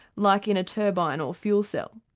like in a turbine or fuel cell.